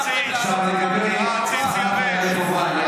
מה נמוך בהעלאת שכר לחיילי חובה?